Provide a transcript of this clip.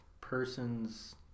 Person's